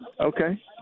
Okay